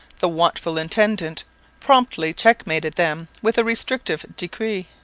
the watchful intendant promptly checkmated them with a restrictive decree.